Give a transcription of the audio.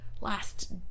last